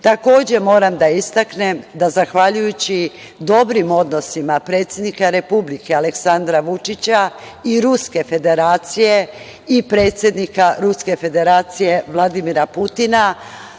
svetu. Takođe, moram da istaknem da je, zahvaljujući dobrim odnosima predsednika Republike Aleksandra Vučića i predsednika Ruske Federacije Vladimira Putina,